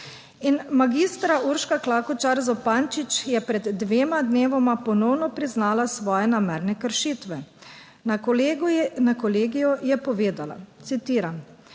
In magistra Urška Klakočar Zupančič je pred dvema dnevoma ponovno priznala svoje namerne kršitve. Na Kolegiju je povedala, citiram: